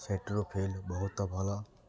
ସେଠିର feel ବହୁତ ଭଲ